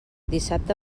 dissabte